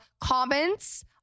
comments